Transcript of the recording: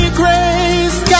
grace